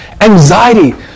anxiety